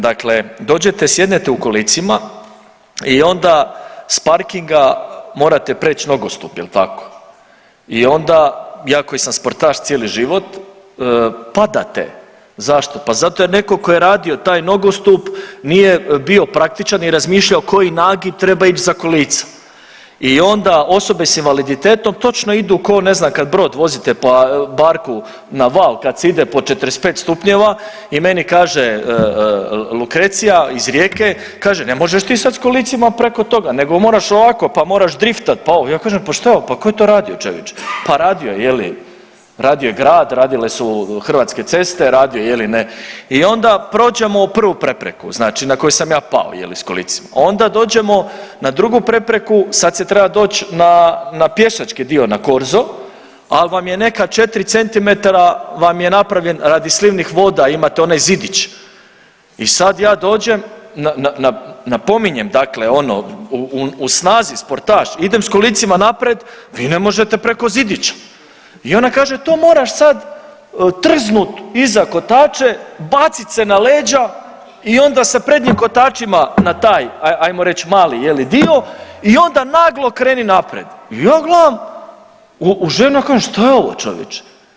Dakle, dođete, sjednete u kolicima i onda s parkinga morate preć nogostup jel tako i onda ja koji sam sportaš cijeli život padate, zašto, pa zato jer neko ko je radio taj nogostup nije bio praktičan i razmišljao koji nagib treba ić za kolica i onda osobe s invaliditetom točno idu ko ne znam kad brod vozite, pa barku na val kad se ide pod 45 stupnjeva i meni kaže Lukrecija iz Rijeke, kaže ne možeš ti sad s kolicima preko toga nego moraš ovako, pa moraš driftat, pa ovo, ja kažem pa šta je ovo, ko je to radio čovječe, pa radio je je li, radio je grad, radile su Hrvatske ceste, radio je je li ne i onda prođemo prvu prepreku znači na koju sam ja pao je li s kolicima, onda dođemo na drugu prepreku, sad se treba doć na, na pješački dio na korzo, al vam je neka 4 cm vam je napravljen radi slivnih voda imate onaj zidić i sad ja dođem, napominjem dakle ono u snazi sportaš, idem s kolicima napred, vi ne možete preko zidića i ona kaže to moraš sad trznut iza kotače, bacit se na leđa i onda sa prednjim kotačima na taj ajmo reć mali je li dio i onda naglo kreni naprijed i ja gledam u ženu i kažem šta je ovo čovječe.